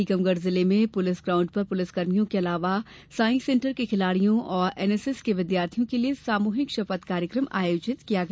टीकमगढ़ जिले में police ground पर पुलिसकर्मियों के अलावा साई सेण्टर के खिलाड़ियों और एनएसएस के विद्यार्थियों के लिए सामूहिक शपथ कार्यक्रम आयोजित किया गया